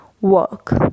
work